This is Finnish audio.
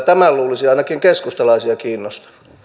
tämän luulisi ainakin keskustalaisia kiinnostavan